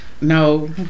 No